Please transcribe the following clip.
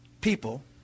people